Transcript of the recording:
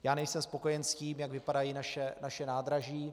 Já nejsem spokojen s tím, jak vypadají naše nádraží.